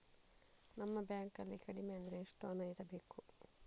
ನಮ್ಮ ಬ್ಯಾಂಕ್ ನಲ್ಲಿ ಕಡಿಮೆ ಅಂದ್ರೆ ಎಷ್ಟು ಹಣ ಇಡಬೇಕು?